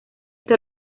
este